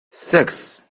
six